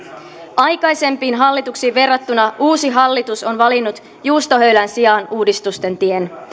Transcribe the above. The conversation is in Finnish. aikaisempiin hallituksiin verrattuna uusi hallitus on valinnut juustohöylän sijaan uudistusten tien